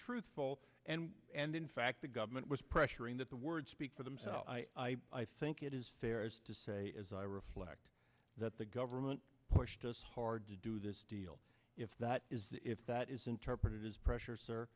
truthful and and in fact the government was pressuring that the words speak for themselves i think it is fair to say as i reflect that the government pushed us hard to do this deal if that is if that is interpreted as pressure sir